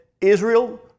Israel